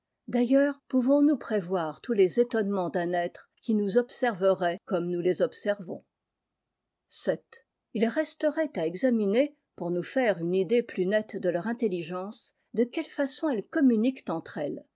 d'ailleurs pouvonsnous prévoir tous les étonnements d'un être qui nous observerait comme nous les obser vons vii il resterait à examiner pour nous faire une idée plus nette de leur intelligence de quelle laçon elles communiquent entre elles